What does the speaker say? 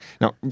Now